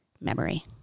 memory